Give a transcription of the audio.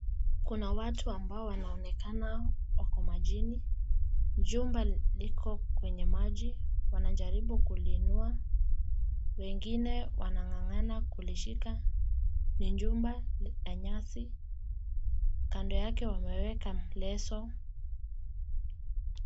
Kuna watu ambao wanaonekana wako majini. Jumba liko kwenye maji wanajaribu kuliinua, wengine wanangangana kulishika ni jumba ya nyasi kando yake wameeka leso.